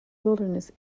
wilderness